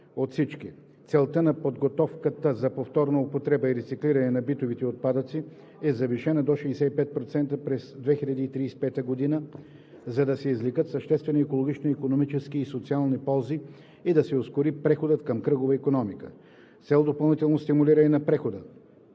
членки: - Целта на подготовката за повторна употреба и рециклиране на битовите отпадъци е завишена до 65% през 2035 г., за да се извлекат съществени екологични, икономически и социални ползи и да се ускори преходът към кръгова икономика. - С цел допълнително стимулиране на прехода